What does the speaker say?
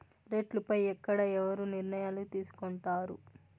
రేట్లు పై ఎక్కడ ఎవరు నిర్ణయాలు తీసుకొంటారు?